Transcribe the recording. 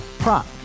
Prop